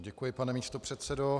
Děkuji, pane místopředsedo.